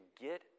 get